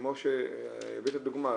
כמו שהבאת דוגמה,